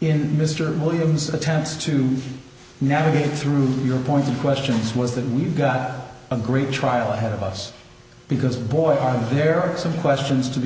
in mr williams attempts to navigate through your pointed questions was that we've got a great trial ahead of us because boy there are some questions to be